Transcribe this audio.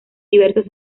diversos